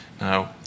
Now